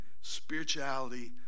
spirituality